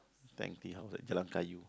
Tang-Tea-House Jalan-Kayu